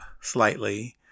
slightly